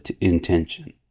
intention